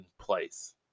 place